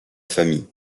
famille